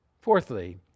Fourthly